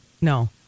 no